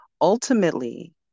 ultimately